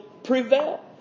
Prevail